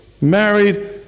married